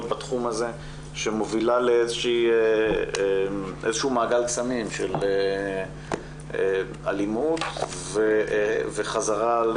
בתחום הזה שמובילה לאיזה שהוא מעגל קסמים של אלימות וחזרה על